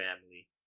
family